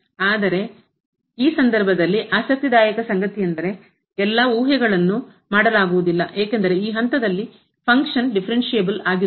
ಆದರೆ ಈ ಸಂದರ್ಭದಲ್ಲಿ ಆಸಕ್ತಿದಾಯಕ ಸಂಗತಿಯೆಂದರೆ ಎಲ್ಲಾ ಊಹೆಯನ್ನು ಮಾಡಲಾಗಿಲ್ಲ ಏಕೆಂದರೆ ಈ ಹಂತದಲ್ಲಿ ಫಂಕ್ಷನ್ ಕಾರ್ಯವು ಡಿಫರೆನ್ಷಿಯಬಲ್ ಆಗಿರುವುದಿಲ್ಲ